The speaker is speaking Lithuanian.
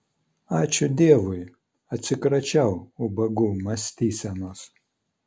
ačiū dievui atsikračiau ubagų mąstysenos